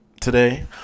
today